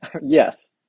Yes